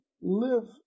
live